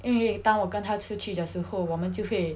因为当我跟她出去的时候我们就会